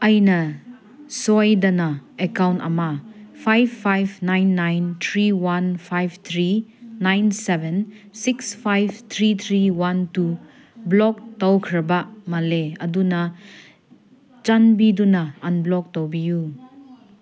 ꯑꯩꯅ ꯁꯣꯏꯗꯅ ꯑꯦꯛꯀꯥꯎꯟ ꯑꯃ five five nine nine three one five three nine seven six five three three one two block ꯇꯧꯈ꯭ꯔꯕ ꯃꯥꯜꯂꯦ ꯑꯗꯨꯅ ꯆꯥꯟꯕꯤꯗꯨꯅ ꯑꯟꯕ꯭ꯂꯣꯛ ꯇꯧꯕꯤꯌꯨ